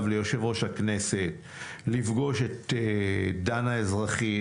ליושב-ראש הכנסת לפגוש את דן האזרחי,